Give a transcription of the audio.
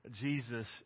Jesus